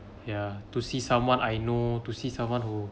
ya to see someone I know to see someone who